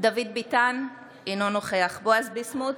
דוד ביטן, אינו נוכח בועז ביסמוט,